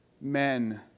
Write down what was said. men